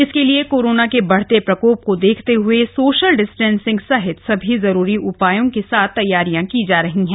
इसके लिए कोरोना के बढ़ते प्रकोप को देखते हुए सोशल डिस्टन्सिंग सहित सभी जरूरी उपायों के साथ तैयारियां की जा रही है